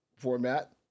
Format